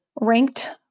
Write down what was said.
ranked